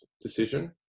decision